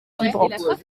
vibrante